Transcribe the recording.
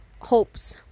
hopes